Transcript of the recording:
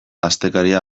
astekaria